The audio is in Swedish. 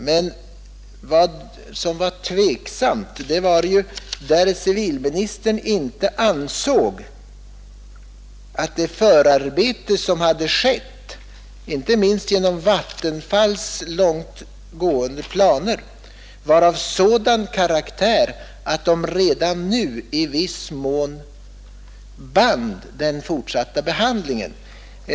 Vad som har varit tveksamt är huruvida inte civilministern ansåg att det förarbete som gjorts, inte minst på Vattenfalls långtgående planer, var av sådan karaktär att det i viss mån band den fortsatta behandlingen.